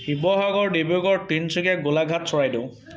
Sivasagar Dibrugarh Tinsukia Golaghat Charaideo